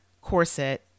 corset